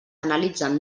analitzen